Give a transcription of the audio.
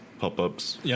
pop-ups